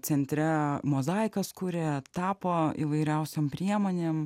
centre mozaikas kuria tapo įvairiausiom priemonėm